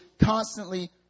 constantly